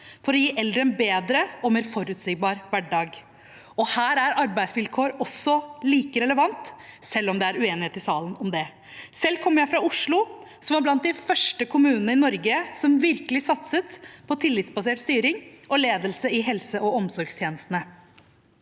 for å gi eldre en bedre og mer forutsigbar hverdag. Her er arbeidsvilkår også like relevant, selv om det er uenighet i salen om det. Selv kommer jeg fra Oslo, som var blant de første kommunene i Norge som virkelig satset på tillitsbasert styring og ledelse i helse- og omsorgstjenestene.